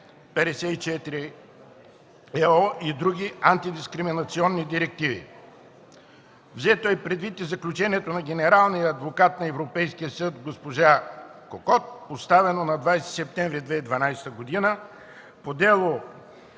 2006/54/ЕО и други антидискриминационни директиви. Взето е предвид и заключението на Генералния адвокат на Европейския съюз госпожа Кокотт, постановено на 20 септември 2012 г. по дело